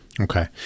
Okay